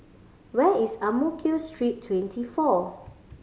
where is Ang Mo Kio Street Twenty four